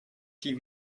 die